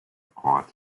required